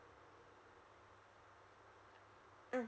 mm